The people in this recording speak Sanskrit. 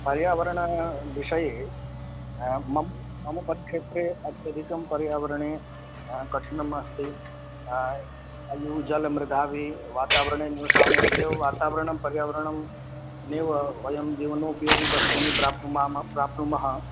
पर्यावरणविषये मम मम क्षेत्रे अत्यधिकं पर्यावरणे कठिनम् अस्ति वायुः जलं मृद्वी वातावरणे निवसामि तदेव वातावरणं पर्यावरणं निव् वयं जीवनोपयोगिवस्तूनि प्राप्नुमाम प्राप्नुमः